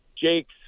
jake's